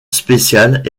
spécial